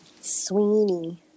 Sweeney